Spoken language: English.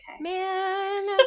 Man